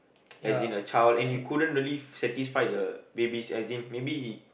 as in a child and you couldn't really satisfy the babies as in maybe he